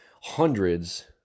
hundreds